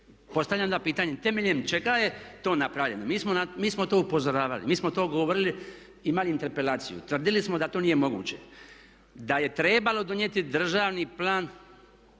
Postavljam onda pitanje temeljem čega je to napravljeno. Mi smo to upozoravali, mi smo to govorili, imali interpelaciju, tvrdili smo da to nije moguće, da je trebalo donijeti državni plan